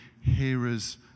hearers